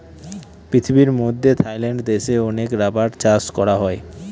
পৃথিবীর মধ্যে থাইল্যান্ড দেশে অনেক রাবার চাষ করা হয়